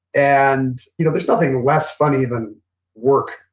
and you know there's nothing less funny than work.